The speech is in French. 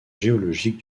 géologique